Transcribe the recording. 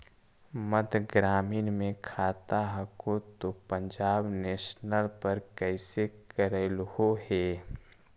मध्य ग्रामीण मे खाता हको तौ पंजाब नेशनल पर कैसे करैलहो हे?